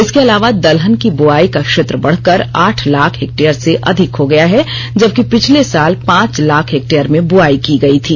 इसके अलावा दलहन की बुआई का क्षेत्र बढकर आठ लाख हेक्टेयर से अधिक हो गया है जबकि पिछले साल पांच लाख हेक्टेयर में बुआई की गई थी